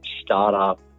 startup